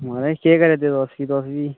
महाराज केह् करै दे तुस तुस बी